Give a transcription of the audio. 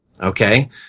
Okay